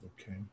Okay